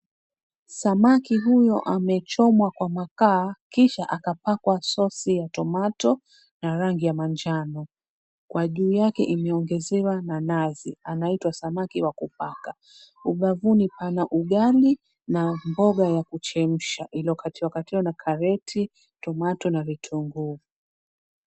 Samaki huyo amechomwa kwa makaa kisha akapakwa sosi ya tomato ya rangi ya manjano. Kwa juu yake imeongezewa nanazi, anaitwa samaki wa kupaka. Ubavuni pana ugali na mboga ya kuchemsha iliyo katiwa katiwa karoti, tomato na vitunguu.